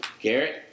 Garrett